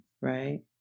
right